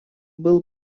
был